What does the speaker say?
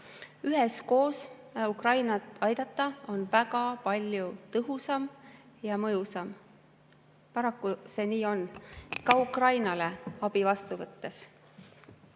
Üheskoos Ukrainat aidata on väga palju tõhusam ja mõjusam. Paraku see nii on, ka Ukrainal, abi vastu võttes,